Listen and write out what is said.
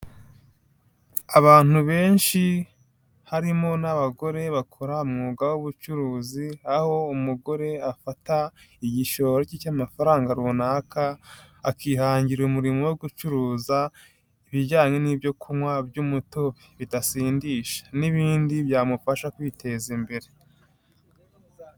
Abantu benshi harimo n'abagore bakora umwuga w'ubucuruzi aho umugore afata igishoro cye cy'amafaranga runaka akihangira umurimo wo gucuruza ibijyanye n'ibyo kunywa by'umuto bidasindisha n'ibindi byamufasha kwiteza imbere.